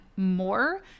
more